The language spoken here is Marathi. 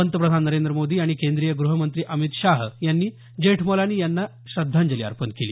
पंतप्रधान नरेंद्र मोदी आणि केंद्रीय गृहमंत्री अमित शाह यांनी जेठमलानी यांना श्रद्धांजली अर्पण केली